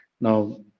Now